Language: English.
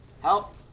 Help